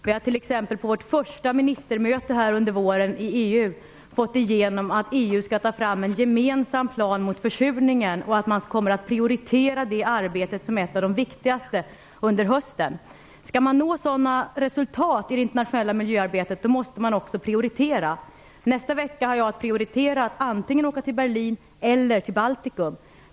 Vi har t.ex. på vårt första ministermöte nu under våren i EU fått igenom att EU skall ta fram en gemensam plan mot försurningen och att man kommer att prioritera det arbetet som ett av de viktigaste under hösten. Skall man nå sådana resultat i det internationella miljöarbetet måste man också prioritera. Nästa vecka har jag att prioritera antingen att åka till Berlin eller att åka till Baltikum.